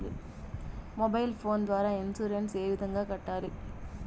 mobile phone ద్వారా insurance ఏ విధంగా కట్టాలి